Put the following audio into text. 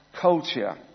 culture